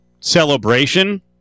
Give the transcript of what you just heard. celebration